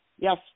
Yes